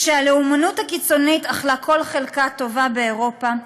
כשהלאומנות הקיצונית אכלה כל חלקה טובה באירופה,